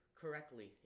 correctly